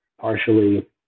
partially